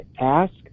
ask